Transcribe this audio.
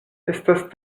estas